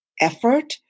effort